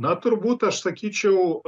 na turbūt aš sakyčiau